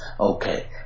okay